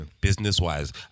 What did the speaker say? business-wise